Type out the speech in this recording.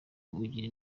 ugira